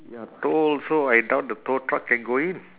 ya tow also I doubt the tow truck can go in